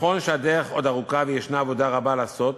נכון שהדרך עוד ארוכה, ויש עבודה רבה לעשות,